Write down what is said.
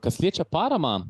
kas liečia paramą